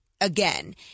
again